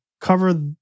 Cover